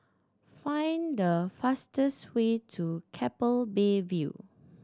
find the fastest way to Keppel Bay View